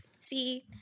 See